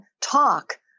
talk